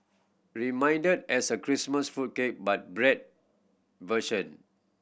reminded as a Christmas fruit cake but bread version